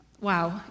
Wow